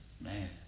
man